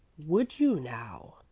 would you, now?